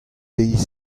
deiz